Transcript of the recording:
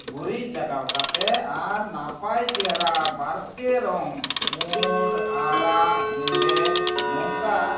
ᱜᱩᱨᱤᱡ ᱞᱟᱜᱟᱣ ᱠᱟᱛᱮ ᱟᱨ ᱱᱟᱯᱟᱭ ᱪᱮᱦᱨᱟ ᱵᱟᱨᱯᱮ ᱨᱚᱝ ᱯᱩᱸᱰ ᱟᱨᱟᱜ ᱦᱮᱸᱫᱮ ᱱᱚᱝᱠᱟ